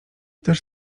też